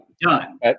done